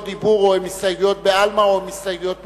דיבור או הסתייגויות בעלמא או הסתייגויות פוליטיות.